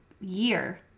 year